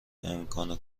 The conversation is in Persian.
امکان